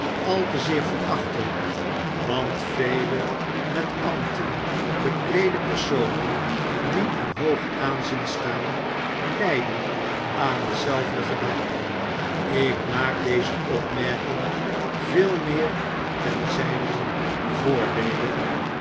al te zeer verachten want vele met ambten bekkede personen die in hoog aanzien staan lijden aan hetzelfde gebrek ik maak deze opmerking veel meer ten zijnen voordeele